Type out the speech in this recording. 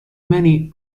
many